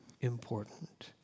important